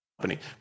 company